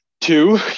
Two